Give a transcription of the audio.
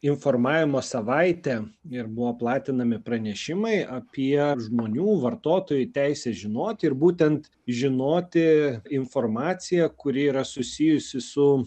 informavimo savaitė ir buvo platinami pranešimai apie žmonių vartotojų teisę žinoti ir būtent žinoti informaciją kuri yra susijusi su